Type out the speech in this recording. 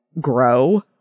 grow